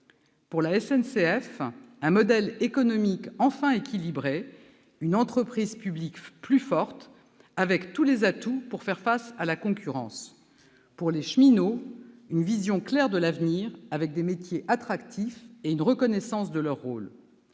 pour la SNCF, un modèle économique enfin équilibré, une entreprise publique plus forte, avec tous les atouts pour faire face à la concurrence ; pour les cheminots, une vision claire de l'avenir, avec des métiers attractifs et une reconnaissance de leur rôle